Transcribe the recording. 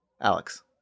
alex